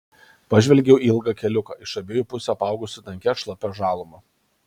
pažvelgiau į ilgą keliuką iš abiejų pusių apaugusį tankia šlapia žaluma